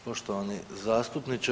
Poštovani zastupniče.